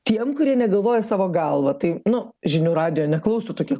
tiem kurie negalvoja savo galva tai nu žinių radijo neklauso tokie